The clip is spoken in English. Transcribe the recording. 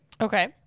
okay